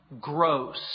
gross